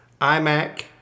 iMac